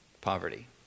Poverty